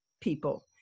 people